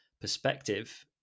perspective